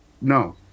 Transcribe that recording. No